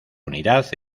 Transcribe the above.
unidad